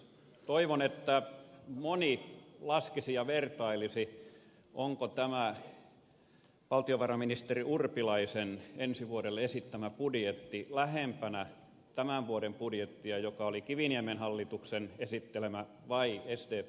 toivon että moni laskisi ja vertailisi onko tämä valtiovarainministeri urpilaisen ensi vuodelle esittämä budjetti lähempänä tämän vuoden budjettia joka oli kiviniemen hallituksen esittelemä vai sdpn vaihtoehtoehtobudjettia